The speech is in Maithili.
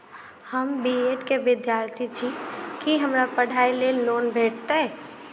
हम बी ऐड केँ विद्यार्थी छी, की हमरा पढ़ाई लेल लोन भेटतय?